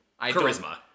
Charisma